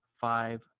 five